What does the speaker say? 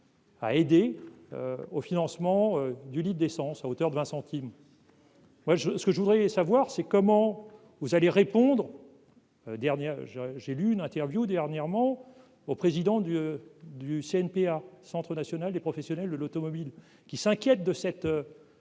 à aider au financement du litre d'essence à hauteur de 20 centimes. Moi je ce que je voudrais savoir c'est comment vous allez répondre dernière j'ai j'ai lu une interview dernièrement au président du du CNPA, Centre national des professionnels de l'automobile, qui s'inquiète de cette baisse